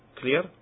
Clear